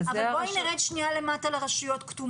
אני מצדיקה אתכם במאה אחוזים אבל בואי נרד למטה לרשויות כתומות.